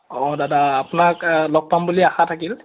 অঁ দাদা আপোনাক লগ পাম বুলি আশা থাকিল